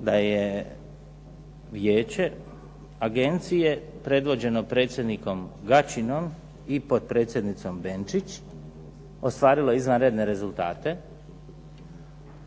da je vijeće agencije predvođeno predsjednikom Gačinom i potpredsjednicom Benčić ostvarilo izvanredne rezultate,